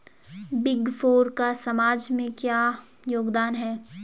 Big four का समाज में क्या योगदान है?